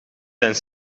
zijn